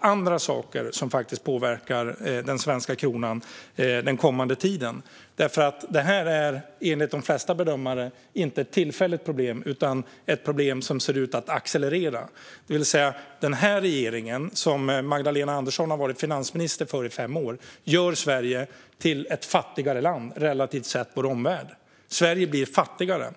andra saker mer som faktiskt påverkar den svenska kronan den kommande tiden, för det här är enligt de flesta bedömare inte ett tillfälligt problem utan ett problem som ser ut att accelerera. Den här regeringen, som Magdalena Andersson har varit finansminister i under fem år, gör Sverige till ett fattigare land relativt vår omvärld. Sverige blir fattigare.